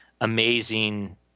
amazing